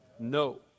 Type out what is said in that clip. No